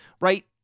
right